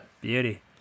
Beauty